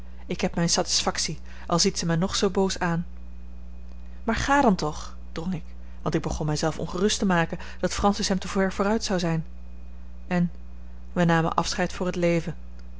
ik heb mijn satisfactie al ziet zij mij nog zoo boos aan maar ga dan toch drong ik want ik begon mij zelf ongerust te maken dat francis hem te ver vooruit zou zijn en wij namen afscheid voor het leven